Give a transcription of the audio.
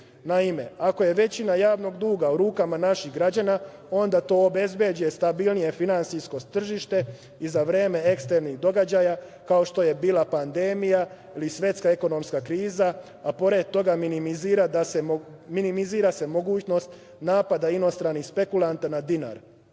dug. Naime, ako je većina javnog duga u rukama naših građana, onda to obezbeđuje stabilnije finansijsko tržište i za vreme eksternih događaja, kao što je bila pandemija ili svetska ekonomska kriza, a pored toga minimizira se mogućnost napada inostranih spekulanata na dinar. Sa